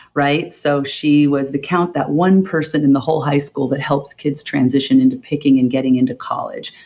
right? so she was the count that one person in the whole high school that helps kids transition into picking and getting into college.